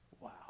Wow